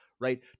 right